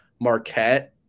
Marquette